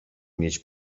mieć